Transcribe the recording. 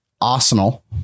Arsenal